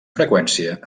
freqüència